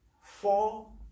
four